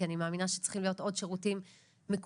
כי אני מאמינה שצריכים להיות עוד שירותים מקוונים